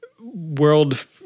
world